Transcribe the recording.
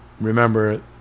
remember